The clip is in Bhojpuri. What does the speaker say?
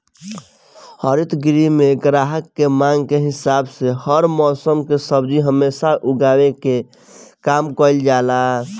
हरित गृह में ग्राहक के मांग के हिसाब से हर मौसम के सब्जी हमेशा उगावे के काम कईल जाला